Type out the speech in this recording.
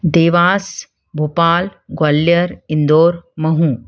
Dewas Bhopal Gwalior Indore Mhow